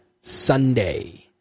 Sunday